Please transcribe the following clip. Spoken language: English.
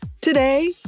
Today